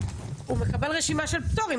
הוא מקבל רשימה של פטורים.